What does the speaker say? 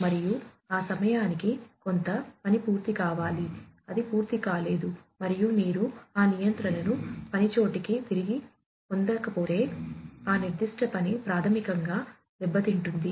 మరియు ఆ సమయానికి కొంత పని పూర్తి కావాలి అది పూర్తి కాలేదు మరియు మీరు ఆ నియంత్రణను పని చోటికి తిరిగి పొందకపోతే ఆ నిర్దిష్ట పని ప్రాథమికంగా దెబ్బతింటుంది